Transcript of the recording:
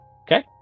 Okay